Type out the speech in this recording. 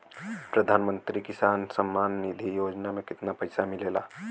प्रधान मंत्री किसान सम्मान निधि योजना में कितना पैसा मिलेला?